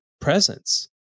presence